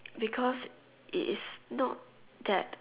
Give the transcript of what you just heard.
because it is not that